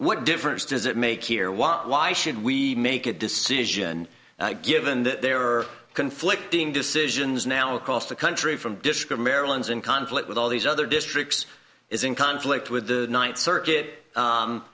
what difference does it make here why why should we make a decision given that there are conflicting decisions now across the country from discover marilyn's in conflict with all these other districts is in conflict with the ninth circuit